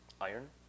Iron